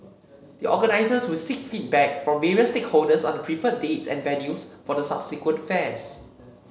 the organisers will seek feedback from various stakeholders on the preferred dates and venues for the subsequent fairs